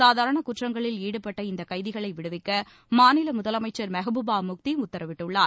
சாதாரண குற்றங்களில் ஈடுபட்ட இந்த கைதிகளை விடுவிக்க மாநில முதலமைச்சர் மெகபூபா முப்தி உத்தரவிட்டுள்ளார்